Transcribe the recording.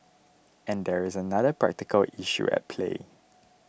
and there is another practical issue at play